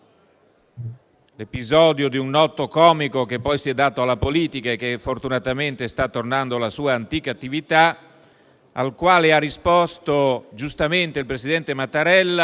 l'episodio di un noto comico, che poi si è dato alla politica - ma che fortunatamente sta tornando alla sua antica attività - al quale ha risposto giustamente il presidente Mattarella,